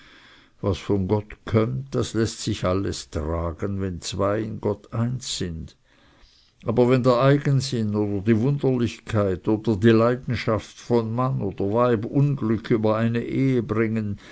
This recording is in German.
was von gott kömmt das läßt sich alles tragen wenn zwei in gott eins sind aber wenn der eigensinn oder die wunderlichkeit oder die leidenschaft von mann oder weib unglück über eine ehe bringen